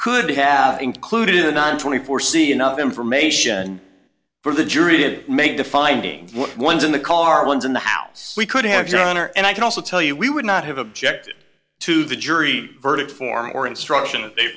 could have included on twenty four c enough information for the jury did make the finding one in the car ones in the house we could have your honor and i can also tell you we would not have objected to the jury verdict form or instruction